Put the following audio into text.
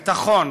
ביטחון,